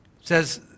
says